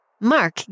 Mark